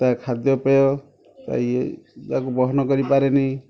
ତା' ଖାଦ୍ୟପେୟ ଇଏ ତାକୁ ବହନ କରିପାରେନି